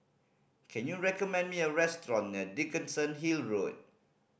can you recommend me a restaurant near Dickenson Hill Road